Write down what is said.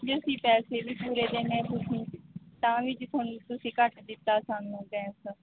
ਜੀ ਅਸੀਂ ਪੈਸੇ ਵੀ ਪੂਰੇ ਦਿੰਦੇ ਤੁਸੀਂ ਤਾਂ ਵੀ ਜੀ ਤੁਹਾਨੂੰ ਤੁਸੀਂ ਘੱਟ ਦਿੱਤਾ ਸਾਨੂੰ ਗੈਸ ਦਾ